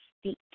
speak